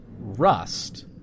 rust